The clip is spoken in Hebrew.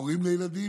הם הורים לילדים,